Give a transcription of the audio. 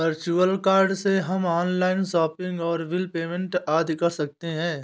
virtual card से हम online shopping और बिल पेमेंट आदि कर सकते है